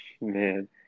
Man